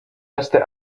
erste